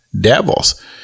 devils